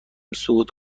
صعود